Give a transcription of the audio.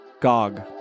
Gog